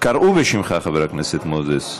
קראו בשמך, חבר הכנסת מוזס.